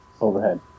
overhead